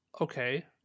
okay